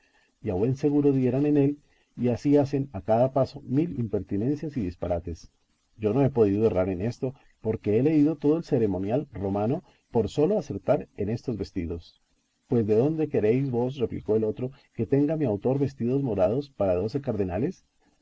a buen seguro dieran en él y así hacen a cada paso mil impertinencias y disparates yo no he podido errar en esto porque he leído todo el ceremonial romano por sólo acertar en estos vestidos pues de dónde queréis vos replicó el otro que tenga mi autor vestidos morados para doce cardenales